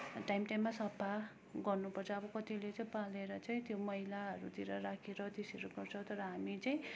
time टाइममा सफा गर्नुपर्छ अब कतिले चाहिँ पालेर चाहिँ त्यो मैलाहरूतिर राखेर त्यसरी गर्छ तर हामी चाहिँ